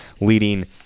leading